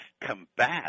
combat